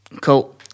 Cool